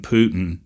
Putin